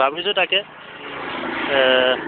ভাবিছোঁ তাকে